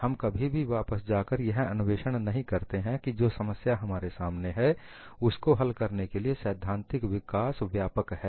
हम कभी भी वापस जा कर यह अन्वेषण नहीं करते हैं कि जो समस्या हमारे सामने है उसको हल करने के लिए सैद्धांतिक विकास व्यापक है